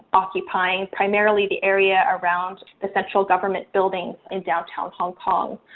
occupying primarily the area around the central government buildings in downtown hong kong.